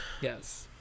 Yes